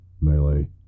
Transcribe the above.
Melee